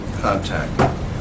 contact